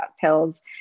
pills